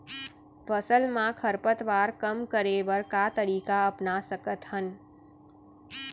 फसल मा खरपतवार कम करे बर का तरीका अपना सकत हन?